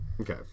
Okay